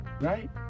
right